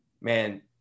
Man –